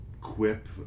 quip